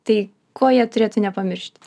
tai ko jie turėtų nepamiršt